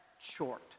short